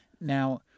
Now